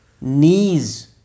knees